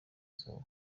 izuba